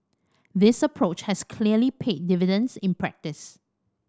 this approach has clearly paid dividends in practice